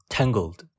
Tangled